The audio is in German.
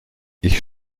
ich